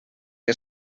que